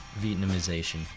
Vietnamization